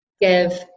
give